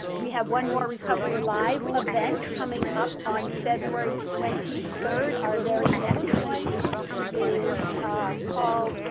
we have one more recovery live event coming up on february twenty third. our very next one is called